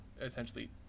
essentially